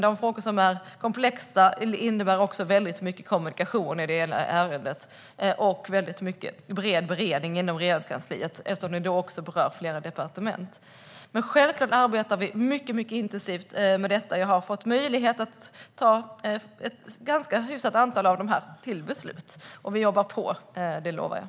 De frågor som är komplexa innebär också mycket kommunikation i hela ärendet och mycket bred beredning i Regeringskansliet. De berör då flera departement. Vi arbetar självklart mycket intensivt med dessa frågor. Jag har fått möjlighet att ta ett hyfsat antal av dem till beslut. Vi jobbar på - det lovar jag.